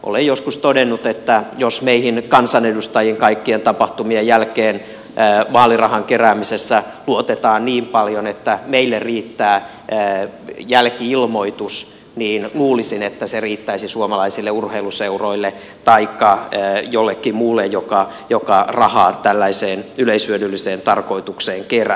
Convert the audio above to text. olen joskus todennut että jos meihin kansanedustajiin kaikkien tapahtumien jälkeen vaalirahan keräämisessä luotetaan niin paljon että meille riittää jälki ilmoitus niin luulisin että se riittäisi suomalaisille urheiluseuroille taikka jollekin muulle joka rahaa tällaiseen yleishyödylliseen tarkoitukseen kerää